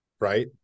right